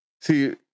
see